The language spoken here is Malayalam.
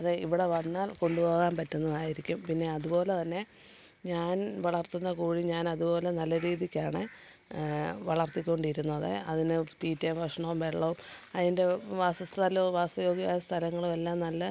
അതേ ഇവിടെ വന്നാൽ കൊണ്ടുപോവാൻ പറ്റുന്നതായിരിക്കും പിന്നെ അതുപോലെ തന്നെ ഞാൻ വളർത്തുന്ന കോഴി ഞാനത് പോലെ നല്ല രീതിക്കാണ് വളർത്തി കൊണ്ടിരുന്നത് അതിന് തീറ്റെം ഭക്ഷണോം വെള്ളോം അതിൻ്റെ വാസസ്ഥലോം വാസയോഗ്യമായ സ്ഥലങ്ങളും എല്ലാം നല്ല